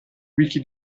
wiki